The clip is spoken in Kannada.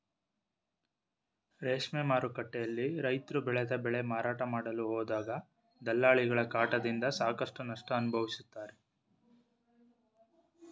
ರೇಷ್ಮೆ ಮಾರುಕಟ್ಟೆಯಲ್ಲಿ ರೈತ್ರು ಬೆಳೆದ ಬೆಳೆ ಮಾರಾಟ ಮಾಡಲು ಹೋದಾಗ ದಲ್ಲಾಳಿಗಳ ಕಾಟದಿಂದ ಸಾಕಷ್ಟು ನಷ್ಟ ಅನುಭವಿಸುತ್ತಾರೆ